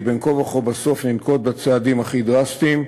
כי בין כה וכה בסוף ננקוט את הצעדים הכי דרסטיים.